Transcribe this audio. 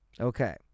Okay